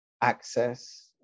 access